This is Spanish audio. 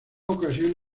ocasión